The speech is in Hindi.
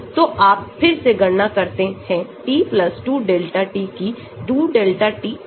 तो आप फिर सेगणना करते हैं t 2 delta t की 2 delta t पर